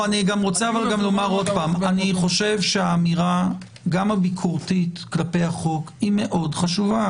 אני חושב שגם האמירה הביקורתית כלפי החוק היא מאוד חשובה.